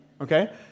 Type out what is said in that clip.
okay